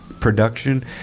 production